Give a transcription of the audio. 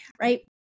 right